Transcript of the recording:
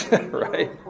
right